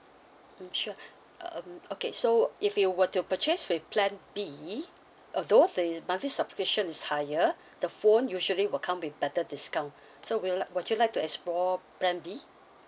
mm sure um okay so if you were to purchase with plan B although the monthly subscription is higher the phone usually will come with better discount so we'll like would you like to explore plan B